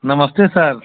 नमस्ते सर